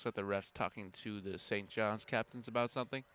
so the rest talking to the st john's captains about something